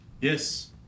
Yes